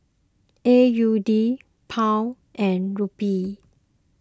A U D Pound and Rupee